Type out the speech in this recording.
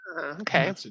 Okay